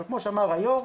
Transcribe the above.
אבל כמו שאמר היו"ר,